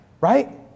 Right